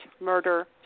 murder